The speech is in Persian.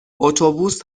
اتوبوس